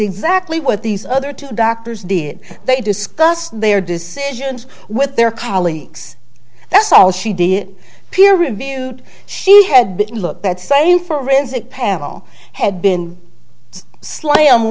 exactly what these other two doctors did they discussed their decisions with their colleagues that's all she did peer reviewed she had been looked at say in forensic panel had been slam